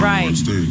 Right